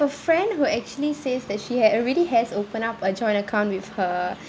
a friend who actually says that she had already has opened up a joint account with her